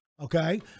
okay